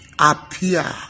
appear